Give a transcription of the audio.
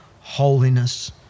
holiness